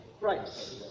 Right